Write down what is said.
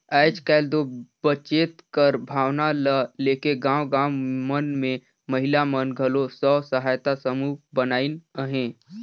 आएज काएल दो बचेत कर भावना ल लेके गाँव गाँव मन में महिला मन घलो स्व सहायता समूह बनाइन अहें